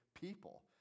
people